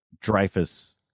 Dreyfus